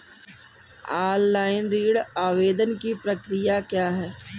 Online ऋण आवेदन की प्रक्रिया क्या है?